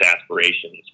aspirations